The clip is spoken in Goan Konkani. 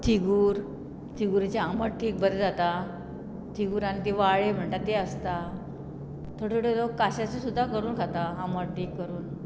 तिगूर तिगुरीचें आंबट तीख बरें जाता तिगूर आनी ती वाळे म्हणटा ती आसता थोडे थोडे लोक काश्याचो सुद्दां करून खाता आमट तीख करून